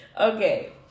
okay